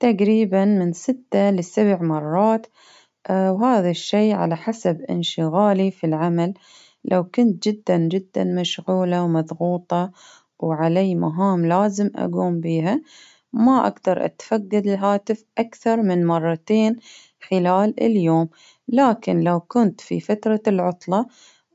تقريبا من ستة لسبع مرات، وهذا الشيء على حسب إنشغالي في العمل، لو كنت جدا جدا مشغولة ومضغوطة، وعلي مهام لازم أقوم بيها، ما أقدر أتفقد الهاتف أكثر من مرتين خلال اليوم، لكن لو كنت في فترة العطلة